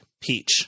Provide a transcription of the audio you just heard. peach